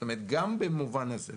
זה גם במובן הזה.